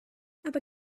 aber